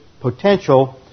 potential